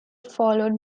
followed